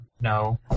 no